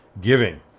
giving